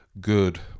good